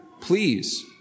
please